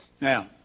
Now